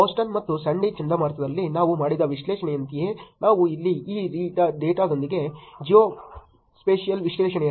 Boston ಮತ್ತು Sandy ಚಂಡಮಾರುತದಲ್ಲಿ ನಾವು ಮಾಡಿದ ವಿಶ್ಲೇಷಣೆಯಂತೆಯೇ ನಾವು ಇಲ್ಲಿ ಈ ಡೇಟಾದೊಂದಿಗೆ ಜಿಯೋಸ್ಪೇಷಿಯಲ್ ವಿಶ್ಲೇಷಣೆಯನ್ನು ಮಾಡಬಹುದು ಸಮಯವನ್ನು ನೋಡಿ 0822